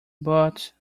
bought